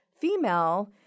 female